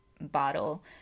bottle